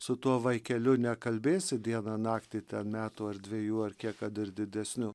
su tuo vaikeliu nekalbėsi dieną naktį ten metų ar dvejų ar kiek kad ir didesniu